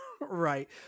right